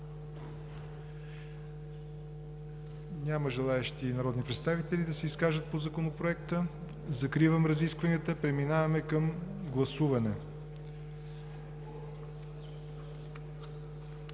Няма желаещи народни представители да се изкажат по Законопроекта. Закривам разискванията. Гласуваме